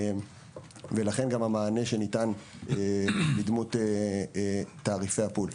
לכן גם המענה שניתן בדמות תעריפי הפול.